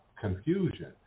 confusion